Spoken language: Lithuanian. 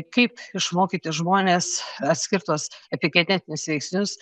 kaip išmokyti žmones atskirt tuos epigenetinius veiksnius